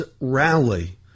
rally